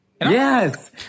Yes